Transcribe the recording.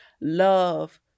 love